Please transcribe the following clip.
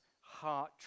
heart